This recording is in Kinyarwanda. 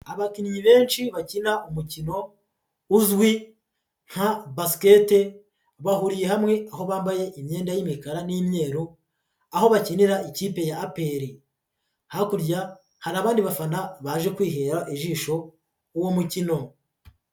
Abakinnyi benshi bakina umukino uzwi nka Basket, bahuriye hamwe aho bambaye imyenda y'imikara n'imyeru, aho bakinira ikipe ya APR, hakurya hari abandi bafana baje kwihera ijisho uwo mukino.